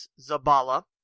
Zabala